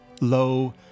low